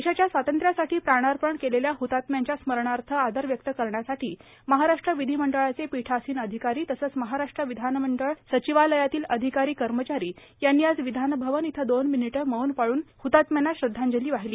देशाच्या स्वातंत्र्यासाठी प्राणार्पण केलेल्या ह्तात्म्यांच्या स्मरणार्थ आदर व्यक्त करण्यासाठी महाराष्ट् विधिमंडळाचे पीठासीन अधिकारी तसेच महाराष्ट्र विधानमंडळ सचिवालयातील अधिकारी कर्मचारी यांनी आज विधान अवन इथं दोन मिनिटे मौन पाळून हतात्म्यांना श्रद्वांजली वाहिली